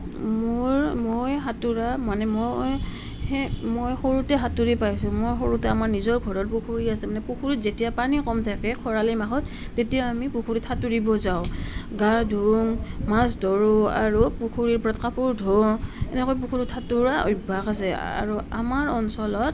মোৰ মই সাতোৰা মানে মই মই সৰুতে সাতুৰি পাইছো মই সৰুতে আমাৰ নিজৰ ঘৰৰ পুখুৰী আছে মানে পুখুৰীত যেতিয়া পানী ক'ম থাকে শৰালি মাহত তেতিয়া আমি পুখুৰীত সাতুৰিব যাওঁ গা ধোং মাছ ধৰোঁ আৰু পুখুৰীৰ ওপৰত কাপোৰ ধোওঁ এনেকৈ পুখুৰীত সাতোৰা অভাস আছে আৰু আমাৰ অঞ্চলত